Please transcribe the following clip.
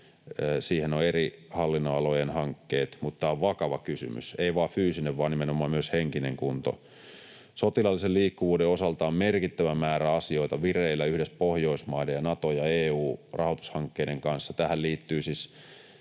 Siihen on eri hallinnonalojen hankkeet, mutta tämä on vakava kysymys: ei vain fyysinen, vaan nimenomaan myös henkinen kunto. Sotilaallisen liikkuvuuden osalta on merkittävä määrä asioita vireillä yhdessä Pohjoismaiden ja Naton ja EU-rahoitushankkeiden kanssa. Tähän liittyy siis